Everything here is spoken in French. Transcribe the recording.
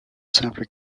simple